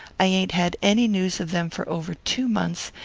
i ain't had any news of them for over two months,